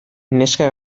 neska